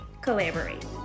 collaborate